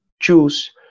choose